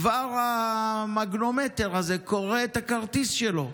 כבר המגנומטר הזה קורא את הכרטיס שלו.